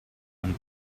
and